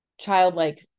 childlike